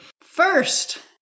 First